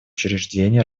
учреждений